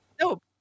no